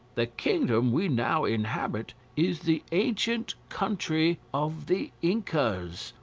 the kingdom we now inhabit is the ancient country of the incas,